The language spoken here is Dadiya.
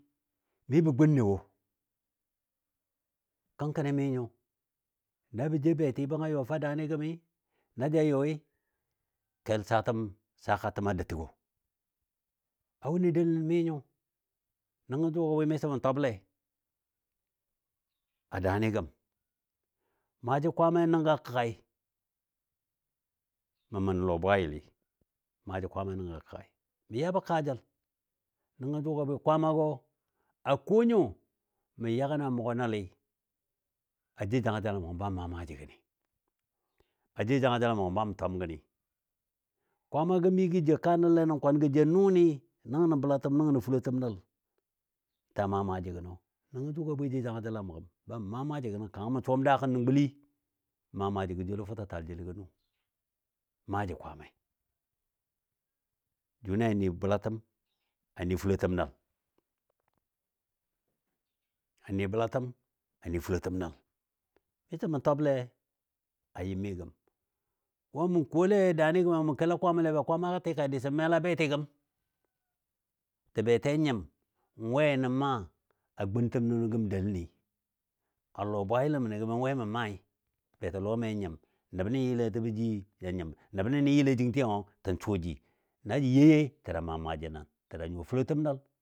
mi bə gunnɛ wo, kənkəni mi nyo nabə jou bɛti bəng yɔ fa daani gəmi na ja yɔi kel sakatəma dou təgo a wunɨ delən nɨ mi nyo, jʊ a bwɨ miso mə twable a daa nɨ gəm, maaji Kwaammai nəngɔ a kəggai, mə mənən lɔ bwayilɨɨ, maa ji kwaammai nəngɔ a kəggi. Mə yabɔ kaajəl nəngɔ jʊgɔ a bwɨ Kwaamago a ko nyo mə yagən a mʊgɔ nəli a jou janga jəl mə gəm ba mə maaji gənɨ, a jou janga jəl mə gəm ba mə ba mə twam gənɨ. Kwaamagɔ mi gə jou kaa nəlle nə kwan, gə jou nʊnɨ nəngnə balatəm nəngnɔ fulotəm nəl ta maa maaji gənɔ. Nəngɔ jʊgɔ a bwɨ a jou janga jel a mə gəmi ba mə maa maaji gənɔ kanga mə suwam dakən nən guli n maa maajigɔ joulo fʊtə taal jeli nʊ maaji Kwaamai. Jʊnɨ a nɨ bəlatəm a ni fulotəm nal, a nɨ bəlatəm a nɨ fulotəm nal. Miso mə twable a yɨmi gəm, wɔ mə kole daani gəmi mə kela Kwaamale be Kwaamagɔ tikai dison mela beti gəmi, tə beti a nyim we nən maa a guntəm nənɔ gəm deləni. A lɔ bwayilin məndi gəmi we mə maai, betilɔmi ja nyim, nəbni yɨle təbɔ ji ja nyim, nəbni ni nən yɨle jingtiyangiyo tən suwa ji na jə you youi, təda maa maaji nən təda nyuwa fulotam nəl.